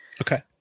Okay